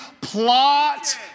plot